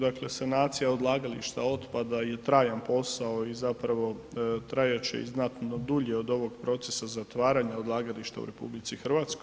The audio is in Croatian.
Dakle, sanacija odlagališta otpada je trajan posao i zapravo trajat će i znatno dulje od ovog procesa zatvaranja odlagališta u RH.